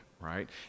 right